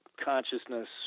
consciousness